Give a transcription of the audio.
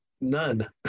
none